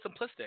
simplistic